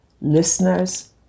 listeners